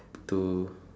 to